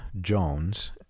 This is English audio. Jones